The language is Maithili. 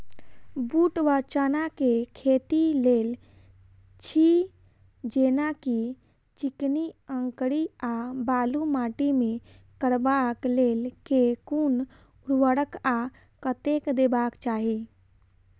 बूट वा चना केँ खेती, तेल छी जेना की चिकनी, अंकरी आ बालू माटि मे करबाक लेल केँ कुन उर्वरक आ कतेक देबाक चाहि?